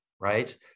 right